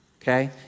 okay